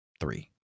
three